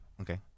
Okay